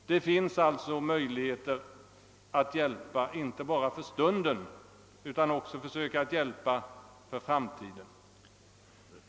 Det finns alltså möjligheter att hjälpa, inte endast för stunden utan också för framtiden.